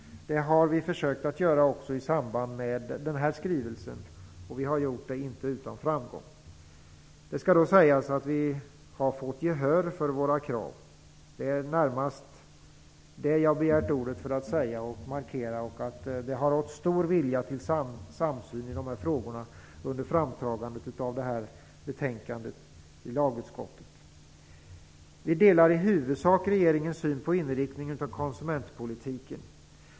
Det har vi försökt att göra också i samband med denna skrivelse, och inte utan framgång. Det skall då sägas att vi har fått gehör för våra krav. Det är närmast det jag har begärt ordet för att markera. Det har rått stor vilja till samsyn i dessa frågor under framtagandet av betänkandet i lagutskottet. Vi delar i huvudsak regeringens syn på inriktningen av konsumentpolitiken.